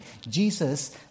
Jesus